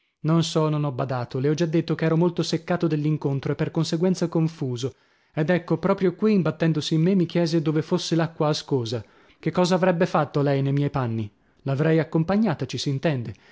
non so non ho badato le ho già detto ch'ero molto seccato dell'incontro e per conseguenza confuso ed ecco proprio qui imbattendosi in me mi chiese dove fosse l'acqua ascosa che cosa avrebbe fatto lei ne miei panni l'avrei accompagnata ci s'intende